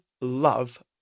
love